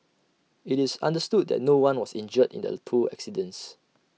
IT is understood that no one was injured in the two accidents